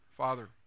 Father